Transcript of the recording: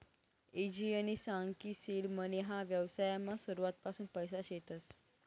ईजयनी सांग की सीड मनी ह्या व्यवसायमा सुरुवातपासून पैसा शेतस